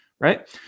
right